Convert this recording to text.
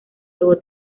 todo